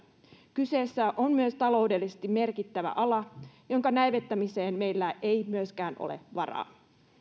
kyseessä on myös taloudellisesti merkittävä ala jonka näivettämiseen meillä ei ole varaa